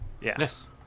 Yes